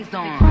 on